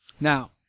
Now